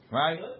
right